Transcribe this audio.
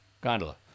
Gondola